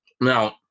Now